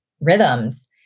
rhythms